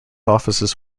offices